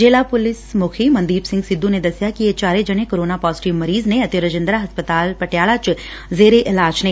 ਜ਼ਿਲਾਂ ਪੁਲਿਸ ਮੁਖੀ ਮਨਦੀਪ ਸਿੰਘ ਸਿੱਧੁ ਨੇ ਦਸਿਆ ਕਿ ਇਹ ਚਾਰੇ ਜਣੇ ਕੋਰੋਨਾ ਪਾਜ਼ੇਟਿਵ ਮਰੀਜ਼ ਨੇ ਅਰੇ ਰਾਜਿੰਦਰਾ ਹਸਪਤਾਲ ਪੱਟਿਆਲਾ ਚ ਜ਼ੇਰੇ ਇਲਾਜ ਨੇ